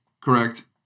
Correct